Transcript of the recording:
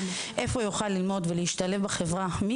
ואיפה הוא יוכל ללמוד ולהשתלב בחברה ומי